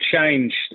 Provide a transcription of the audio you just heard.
changed